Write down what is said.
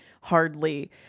hardly